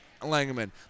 Langman